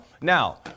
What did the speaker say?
Now